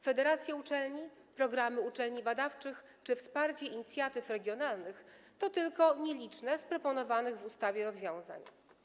Federacje uczelni, programy uczelni badawczych czy wsparcie inicjatyw regionalnych to tylko nieliczne z proponowanych w ustawie rozwiązań.